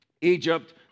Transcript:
Egypt